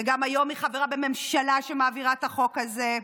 וגם היא חברה היום בממשלה שמעבירה את החוק הזה.